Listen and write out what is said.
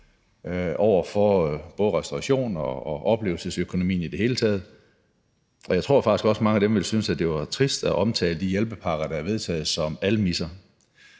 over for både restaurationer og oplevelsesøkonomien i det hele taget. Jeg tror faktisk også, at mange af dem ville synes, at det var trist at omtale de hjælpepakker, der er vedtaget, som almisser.